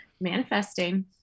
Manifesting